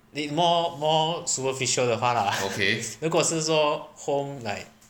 the more more superficial 的话啦如果是说 home like